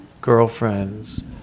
girlfriends